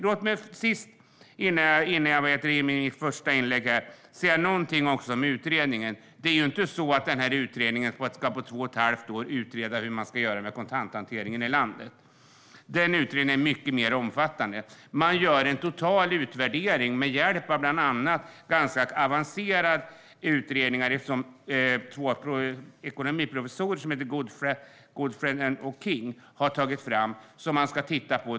Låt mig till sist också säga något om utredningen. Det är ju inte så att man på två och ett halvt år ska utreda hur man ska göra med kontanthanteringen i landet, utan utredningen är mycket mer omfattande. Man gör en total utvärdering på basis av avancerade undersökningar som två ekonomiprofessorer, Goodfriend och King, har tagit fram.